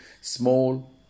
small